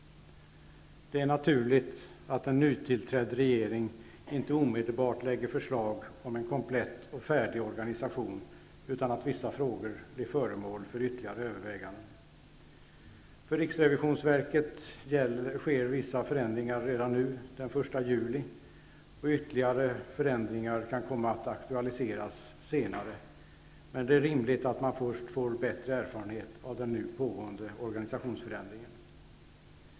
Det är naturligt att en nytillträdd regering inte omedelbart lägger fram förslag om en komplett och färdig organisation utan att vissa frågor blir föremål för ytterligare överväganden. För riksrevisionsverket sker vissa förändringar redan nu den 1 juli. Ytterligare förändringar kan komma att aktualiseras senare. Men det är rimligt att man först får bättre erfarenhet av den nu pågående organisationsförändringen.